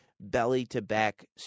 belly-to-back